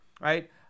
right